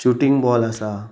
shooting ball आसा